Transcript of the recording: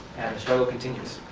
struggle continues.